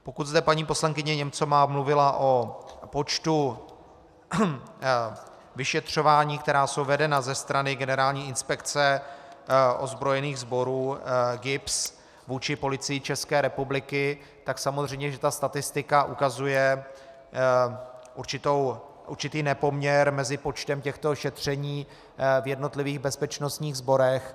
Pokud zde paní poslankyně Němcová mluvila o počtu vyšetřování, která jsou vedena ze strany Generální inspekce ozbrojených sborů, GIBS, vůči Policii České republiky, tak samozřejmě že ta statistika ukazuje určitý nepoměr mezi počtem těchto šetření v jednotlivých bezpečnostních sborech.